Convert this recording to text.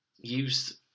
use